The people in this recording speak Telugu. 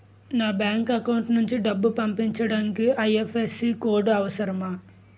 నా బ్యాంక్ అకౌంట్ నుంచి డబ్బు పంపించడానికి ఐ.ఎఫ్.ఎస్.సి కోడ్ అవసరమా?